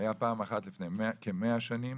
היתה פעם אחת לפני כמאה שנים